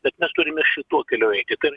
bet mes turime šituo keliu eiti tai yra